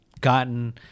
gotten